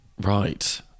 Right